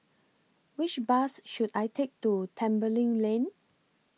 Which Bus should I Take to Tembeling Lane